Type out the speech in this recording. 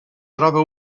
troba